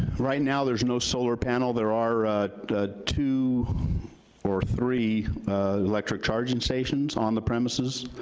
right now, there's no solar panels. there are two or three electric charging stations on the premises,